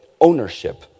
ownership